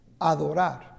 adorar